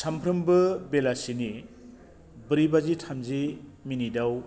सामफ्रोमबो बेलासिनि ब्रै बाजि थामजि मिनिटआव